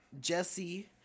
Jesse